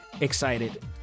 excited